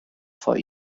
for